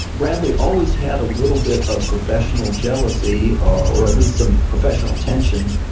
bradley always had a little bit of professional jealousy, or or at least some professional tension,